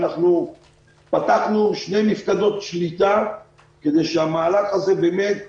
שאנחנו פתחנו שתי מִפקדות שליטה כדי שהמהלך הזה באמת יצליח,